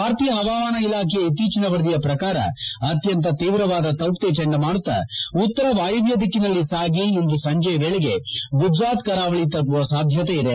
ಭಾರತೀಯ ಪವಾಮಾನ ಇಲಾಖೆಯ ಇತ್ತೀಚಿನ ವರದಿ ಪ್ರಕಾರ ಅತ್ಯಂತ ತೀವ್ರವಾದ ತೌಕ್ತೆ ಚಂಡಮಾರುತ ಉತ್ತರ ವಾಯವ್ನ ದಿಕ್ಕಿನಲ್ಲಿ ಸಾಗಿ ಇಂದು ಸಂಜೆಯ ವೇಳೆಗೆ ಗುಜರಾತ್ ಕರಾವಳಿ ತಲುಪುವ ಸಾಧ್ಯತೆಯಿದೆ